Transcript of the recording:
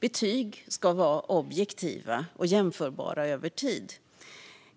Betyg ska vara objektiva och jämförbara över tid.